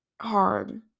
hard